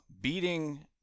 beating